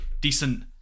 decent